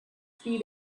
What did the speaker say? three